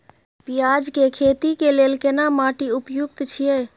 पियाज के खेती के लेल केना माटी उपयुक्त छियै?